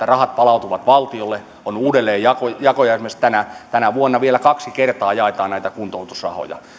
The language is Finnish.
rahat palautuvat valtiolle on uudelleenjako ja esimerkiksi tänä vuonna vielä kaksi kertaa jaetaan näitä kuntoutusrahoja